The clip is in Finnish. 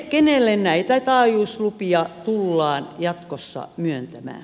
kenelle näitä taajuuslupia tullaan jatkossa myöntämään